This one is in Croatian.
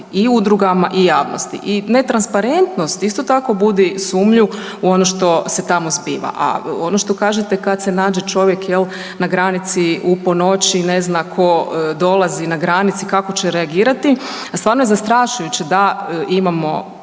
i udrugama i javnosti. I netransparentnost isto tako budi sumnju u ono što se tamo zbiva. A ono što kažete kad se nađe čovjek jel na granici u po noći, ne zna ko dolazi na granici, kako će reagirati, stvarno je zastrašujuće da imamo